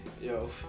Yo